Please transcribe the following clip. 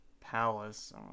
Palace